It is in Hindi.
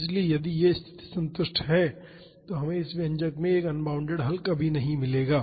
इसलिए यदि यह स्थिति संतुष्ट है तो हमें इस व्यंजक से एक अनबॉउंडेड हल कभी नहीं मिलेगा